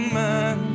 man